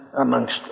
amongst